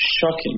shocking